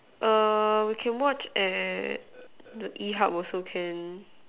err we can watch at the E-hub also can